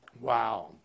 Wow